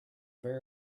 very